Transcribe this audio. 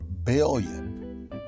billion